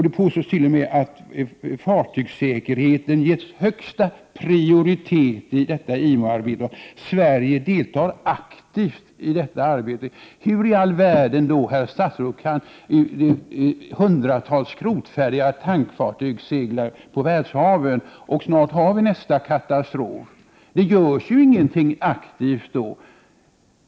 Det påstås att fartygssäkerheten ges högsta prioritet i detta arbete och att Sverige deltar aktivt i arbetet. Men hur i all världen, herr statsråd, kan hundratals skrotfärdiga tankfartyg segla på världshaven? Snart inträffar nästa katastrof. Det görs ingenting aktivt.